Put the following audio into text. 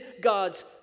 God's